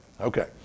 Okay